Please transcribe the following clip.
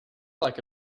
like